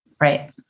right